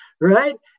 right